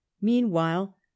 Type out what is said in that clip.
Meanwhile